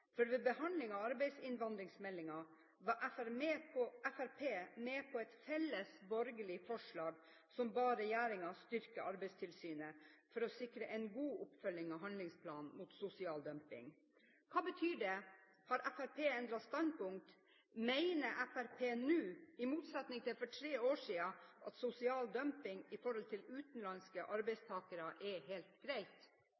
for ved behandlingen av arbeidsinnvandringsmeldingen var Fremskrittspartiet med på et felles borgerlig forslag, hvor man ba regjeringen «om å styrke Arbeidstilsynet for å sikre en god oppfølging av handlingsplanen mot sosial dumping». Hva betyr det? Har Fremskrittspartiet endret standpunkt? Mener Fremskrittspartiet nå, i motsetning til for tre år siden, at sosial dumping når det gjelder utenlandske